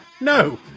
No